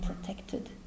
protected